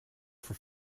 for